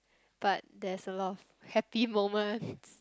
but there's a lot of happy moments